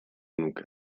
nuke